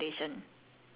um